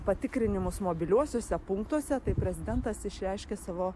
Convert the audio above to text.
patikrinimus mobiliuosiuose punktuose taip prezidentas išreiškė savo